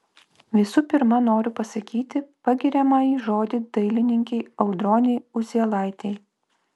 visų pirma noriu pasakyti pagiriamąjį žodį dailininkei audronei uzielaitei